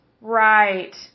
Right